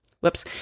Whoops